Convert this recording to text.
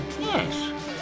yes